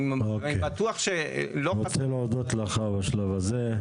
אני רוצה להודות לך בשלב הזה.